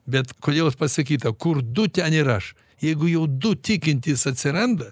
bet kodėl pasakyta kur du ten ir aš jeigu jau du tikintys atsiranda